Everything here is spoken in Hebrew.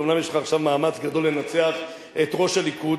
אומנם יש לך עכשיו מאמץ גדול לנצח את ראש הליכוד,